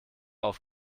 auf